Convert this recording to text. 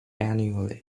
annually